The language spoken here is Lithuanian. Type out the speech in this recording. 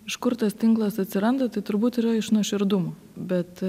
iš kur tas tinklas atsiranda tai turbūt yra iš nuoširdumo bet